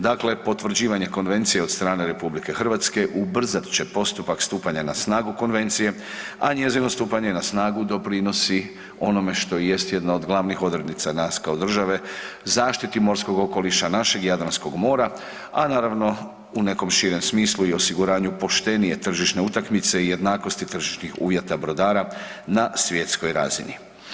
Dakle, potvrđivanje konvencije od strane RH ubrzat će postupak stupanja na snagu konvencije, a njezino stupanje na snagu doprinosi onome što jest jedna od glavnih odrednica nas kao države zaštiti morskog okoliša, našeg Jadranskog mora, a naravno u nekom širem smislu i osiguranju poštenije tržišne utakmice i jednakosti tržišnih uvjeta brodara na svjetskoj razini.